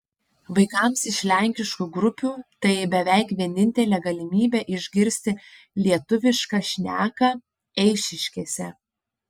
vaikams iš lenkiškų grupių tai beveik vienintelė galimybė išgirsti lietuvišką šneką eišiškėse